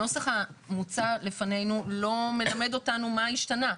הנוסח המוצע לפנינו לא מלמד אותנו מה השתנה.